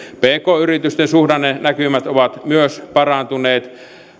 pk yritysten suhdannenäkymät ovat parantuneet